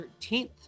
13th